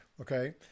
Okay